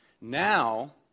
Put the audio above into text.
Now